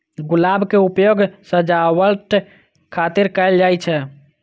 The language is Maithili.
गुलाब के उपयोग सजावट खातिर कैल जाइ छै